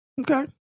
okay